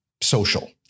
social